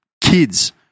kids